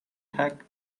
heck